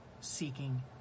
seeking